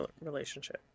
relationship